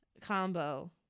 combo